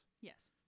Yes